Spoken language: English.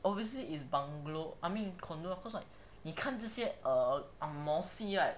obviously is bungalow I mean condo cause like 你看那些 angmoh 戏 right